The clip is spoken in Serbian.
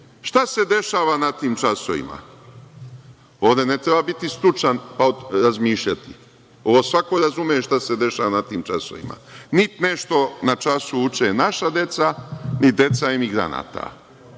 šta se dešava na tim časovima? Ovde ne treba biti stručan, pa razmišljati, ovo svako razume šta se dešava na tim časovima. Niti nešto na času uče naša deca, ni deca emigranata.